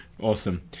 awesome